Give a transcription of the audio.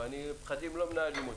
אבל פחדים לא מנהלים אותי.